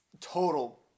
total